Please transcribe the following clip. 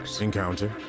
encounter